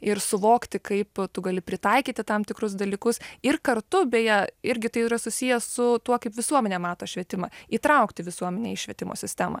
ir suvokti kaip tu gali pritaikyti tam tikrus dalykus ir kartu beje irgi tai yra susiję su tuo kaip visuomenė mato švietimą įtraukti visuomenę į švietimo sistemą